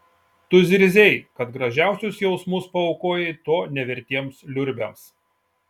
tu zirzei kad gražiausius jausmus paaukojai to nevertiems liurbiams